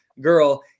girl